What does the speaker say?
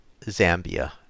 Zambia